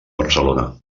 barcelona